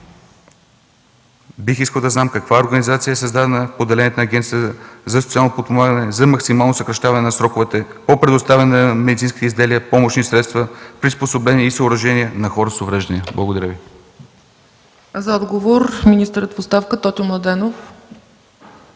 Бих искал да знам каква организация е създадена в поделението на Агенцията за социално подпомагане за максимално съкращаване на сроковете по предоставяне на медицински изделия, помощни средства, приспособления и съоръжения за хора с увреждания. Благодаря. ПРЕДСЕДАТЕЛ ЦЕЦКА ЦАЧЕВА: За отговор – министърът в оставка Тотю Младенов.